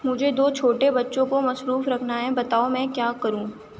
مجھے دو چھوٹے بچوں کو مصروف رکھنا ہے بتاؤ میں کیا کروں